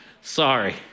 Sorry